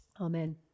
Amen